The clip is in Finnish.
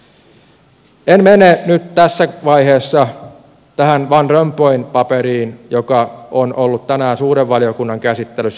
en mene nyt tässä vaiheessa tähän van rompuyn paperiin joka on ollut tänään suuren valiokunnan käsittelyssä